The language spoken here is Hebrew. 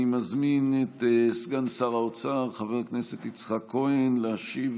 אני מזמין את סגן שר האוצר חבר הכנסת יצחק כהן להשיב